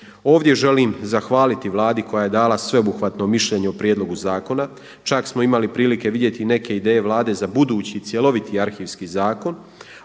Ovdje želim zahvaliti Vladi koja je dala sveobuhvatno mišljenje o prijedlogu zakona. Čak smo imali prilike vidjeti i neke ideje Vlade za budući cjeloviti arhivski zakon